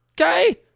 Okay